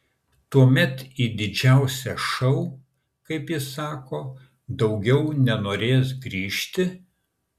tuomet į didžiausią šou kaip jis sako daugiau nenorės grįžti